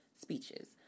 speeches